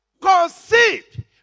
conceived